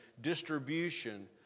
distribution